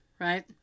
right